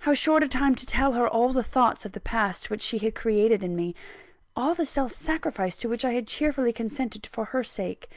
how short a time to tell her all the thoughts of the past which she had created in me all the self-sacrifice to which i had cheerfully consented for her sake